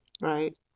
Right